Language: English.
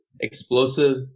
explosive